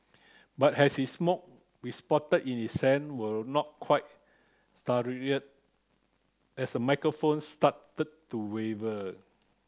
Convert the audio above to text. but as he smoke we spotted his hand were not quite as the microphone started to waver